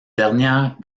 dernière